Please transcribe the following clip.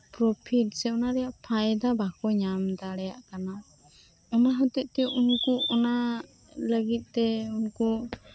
profit ᱚᱱᱟ ᱨᱮᱭᱟ ᱡᱟ ᱯᱷᱟᱭᱫᱟ ᱵᱟᱠᱚ ᱧᱟᱢ ᱫᱟᱲᱮᱭᱟᱜ ᱠᱟᱱᱟ ᱚᱱᱟ ᱦᱚᱛᱮᱜ ᱛᱮ ᱩᱱᱠᱩ ᱚᱱᱟ ᱞᱟᱹᱜᱤᱫ ᱛᱮ ᱩᱱᱠᱩ